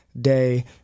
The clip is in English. day